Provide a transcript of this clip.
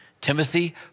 Timothy